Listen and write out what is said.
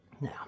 Now